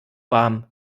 warm